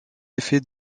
effets